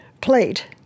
plate